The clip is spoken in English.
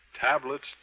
tablets